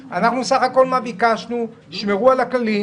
אבוטבול, בבקשה.